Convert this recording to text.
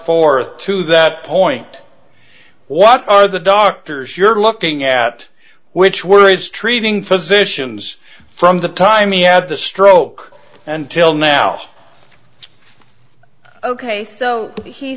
forth to that point what are the doctors you're looking at which were it's treating physicians from the time he had the stroke until now ok so he